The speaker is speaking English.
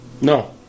No